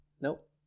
Nope